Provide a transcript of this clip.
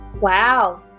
Wow